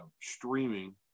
streaming